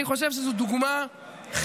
אני חושב שזו דוגמה חיונית